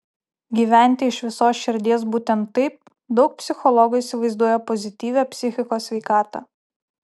gyventi iš visos širdies būtent taip daug psichologų įsivaizduoja pozityvią psichikos sveikatą